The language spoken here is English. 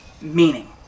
meaning